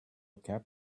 cap